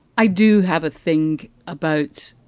i do have a thing about,